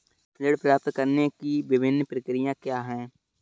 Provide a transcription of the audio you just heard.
ऋण प्राप्त करने की विभिन्न प्रक्रिया क्या हैं?